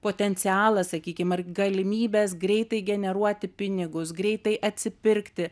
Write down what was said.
potencialą sakykim galimybes greitai generuoti pinigus greitai atsipirkti